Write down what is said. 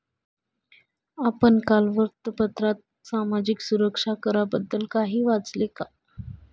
आपण काल वृत्तपत्रात सामाजिक सुरक्षा कराबद्दल काही वाचले का?